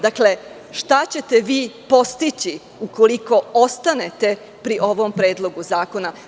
Dakle, šta ćete vi postići ukoliko ostanete pri ovom predlogu zakona?